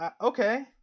Okay